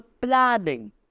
planning